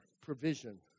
provision